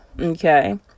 Okay